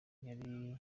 yari